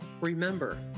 Remember